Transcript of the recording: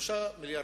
3.5 מיליארדים,